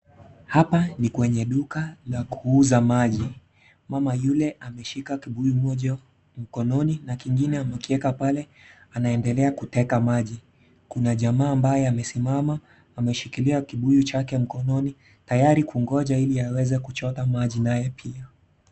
Hapa ni kwenye duka la kuuza maji, mama yule ameshika kibuyu moja mkononi na kingine amekieka pale anaendelea kuteka maji, kuna jamaa ambaye amesimama ameshikilia kibuyu chake mkononi tayari kungoja ili aweze kuchota maji naye pia.